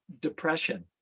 depression